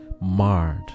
marred